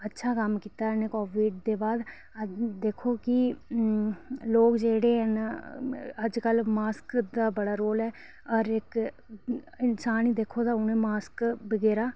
अच्छा कम्म कीता इनें कोविड दे बाद दिक्खो कि लोग जेह्ड़े न अज्ज कल्ल मास्क दा बड़ा रोल ऐ हर इक इंसान गी दिक्खो तां उन्नै मास्क बगैरा